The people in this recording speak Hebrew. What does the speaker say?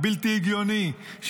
הבלתי-הגיוני,